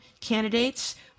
candidates